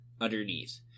underneath